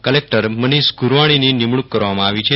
collector Manish ગુરવાણીની નિમણૂક કરવામાં આવી છે